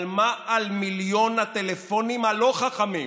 אבל מה על מיליון הטלפונים הלא-חכמים